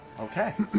okay.